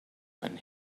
when